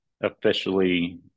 Officially